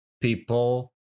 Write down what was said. people